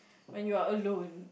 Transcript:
when you are alone